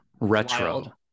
retro